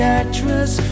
actress